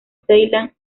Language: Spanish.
ceilán